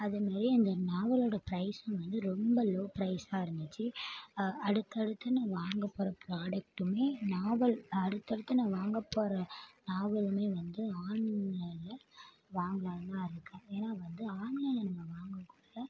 அதேமாரி அந்த நாவலோடய ப்ரைஸும் வந்து ரொம்ப லோ ப்ரைஸாக இருந்துச்சு அடுத்து அடுத்து நான் வாங்க போகிற ப்ராடெக்ட்டுமே நாவல் அடுத்து அடுத்து நான் வாங்க போகிற நாவலுமே வந்து ஆன்லைனில் வாங்கலான்னு தான் இருக்கேன் ஏன்னா வந்து ஆன்லைனில் நம்ம வாங்கக்குள்ள